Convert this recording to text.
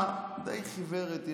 הדי חיוורת,